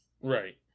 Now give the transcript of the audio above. Right